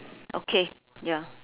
okay ya